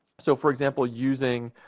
so, for example, using